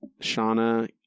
Shauna